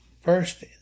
First